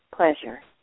pleasure